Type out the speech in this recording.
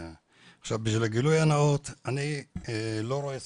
עכשיו, בשביל גילוי הנאות, אני לא רואה ספורט,